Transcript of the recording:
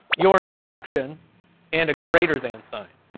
your instruction and a greater than sign.